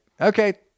Okay